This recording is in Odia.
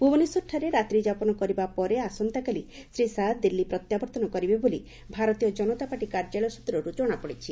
ଭୁବନେଶ୍ୱରଠାରେ ରାତ୍ରୀଯାପନ କରିବା ପରେ ଆସନ୍ତାକାଲି ଶ୍ରୀ ଶାହା ଦିଲ୍ଲୀ ପ୍ରତ୍ୟାବର୍ଉନ କରିବେ ବୋଲି ଭାରତୀୟ ଜନତା ପାର୍ଟି କାର୍ଯ୍ୟାଳୟ ସୂତ୍ରରୁ ଜଣାପଡ଼ିଛି